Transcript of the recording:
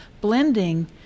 blending